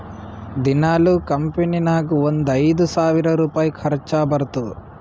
ದಿನಾಲೂ ಕಂಪನಿ ನಾಗ್ ಒಂದ್ ಐಯ್ದ ಸಾವಿರ್ ರುಪಾಯಿ ಖರ್ಚಾ ಬರ್ತುದ್